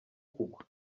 kugwa